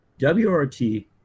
WRt